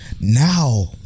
Now